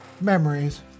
memories